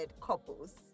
couples